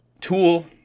tool